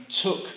took